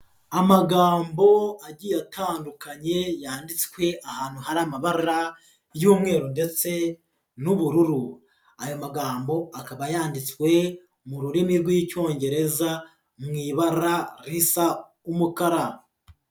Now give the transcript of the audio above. Amagambo agiye atandukanye yanditswe ahantu hari amabara y'umweru ndetse n'ubururu. Ayo magambo akaba yanditswe mu rurimi rw'Icyongereza mu ibara risa umukara.